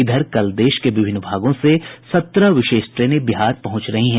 इधर कल देश के विभिन्न भागों से सत्रह विशेष ट्रेनें बिहार पहुंच रही हैं